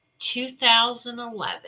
2011